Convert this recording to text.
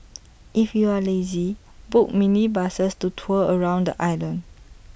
if you are lazy book minibuses to tour around the island